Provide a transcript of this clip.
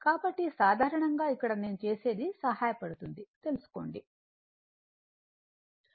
కాబట్టి సాధారణంగా ఇక్కడ నేను చేసేది సహాయపడుతుంది తెలుసుకోండి ఈ కోణం A